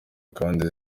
kandi